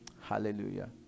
hallelujah